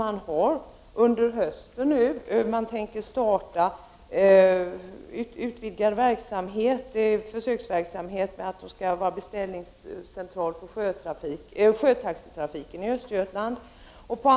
Man tänker starta en försöksverksamhet, där centralen skall vara beställningscentral för sjötaxitrafiken i Östergötland.